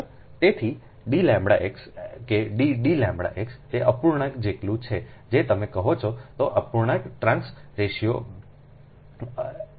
તેથી dλx કે ddλx તે અપૂર્ણાંક જેટલું છે જે તમે કહો છો તે અપૂર્ણાંક ટ્રાંસ રેશિયો અમે ના કહ્યું છે